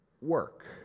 work